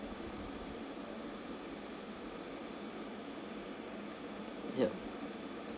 yup